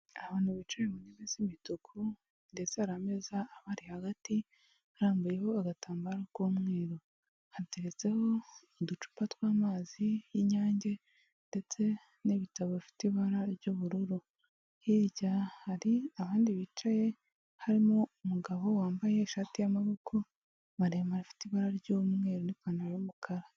Abantu bicaye mu ntebe z'imituku ndetse hari ameza abari hagati arambuyeho agatambaro k'umweru hateretseho uducupa tw'amazi y'inyange ndetse n'ibitabo bifite ibara ry'ubururu. Hirya hari abandi bicaye harimo umugabo wambaye ishati y'amaboko maremare afite ibara ry'umweru n'ipantaro y'umukara.